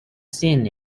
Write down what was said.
seen